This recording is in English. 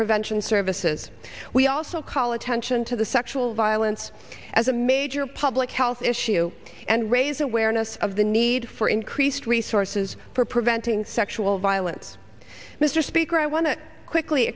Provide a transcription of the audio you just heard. prevention services we also call attention to the sexual violence as a major public health issue and raise awareness of the need for increased resources for preventing sexual violence mr speaker i want to quickly